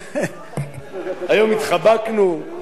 אל תגיד את זה בקול רם.